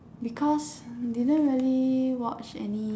because I didn't really watch any